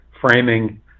framing